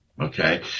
Okay